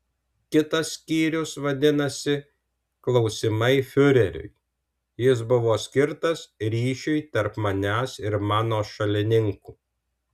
kitas skyrius vadinosi klausimai fiureriui jis buvo skirtas ryšiui tarp manęs ir mano šalininkų